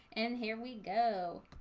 and here we go